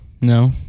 no